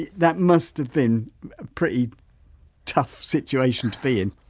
that must have been a pretty tough situation to be in?